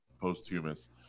posthumous